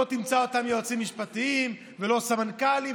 לא תמצא אותם יועצים משפטיים ולא סמנכ"לים,